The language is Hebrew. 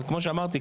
כמו שאמרתי,